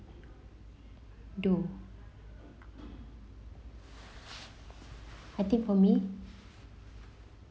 do I think for me